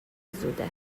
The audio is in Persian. زوده